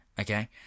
okay